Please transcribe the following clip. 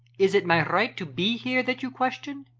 is it my right to be here that you question?